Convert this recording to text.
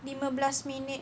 lima belas minit